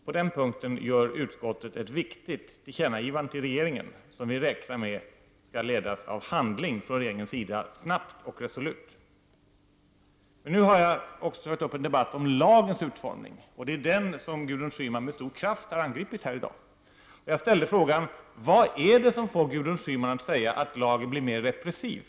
På den punkten gör utskottet till regeringen ett viktigt tillkännagivande, som vi räknar med skall följas av handling från regeringens sida snabbt och resolut. Nu har det också blivit en debatt om lagens utformning. Det är den som Gudrun Schyman med stor kraft har angripit i dag. Jag ställde frågan: Vad är det som får Gudrun Schyman att säga att lagen blir mer repressiv?